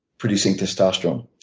producing testosterone.